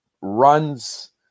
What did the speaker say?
Runs